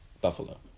Buffalo